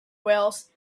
wells